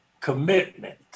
commitment